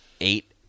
eight